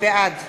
בעד